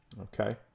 okay